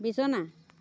বিছনা